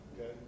Okay